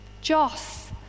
Joss